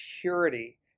purity